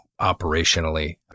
operationally